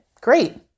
great